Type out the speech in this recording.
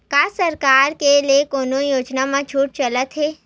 का सरकार के ले कोनो योजना म छुट चलत हे?